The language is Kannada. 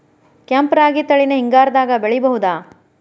ಕೆಂಪ ರಾಗಿ ತಳಿನ ಹಿಂಗಾರದಾಗ ಬೆಳಿಬಹುದ?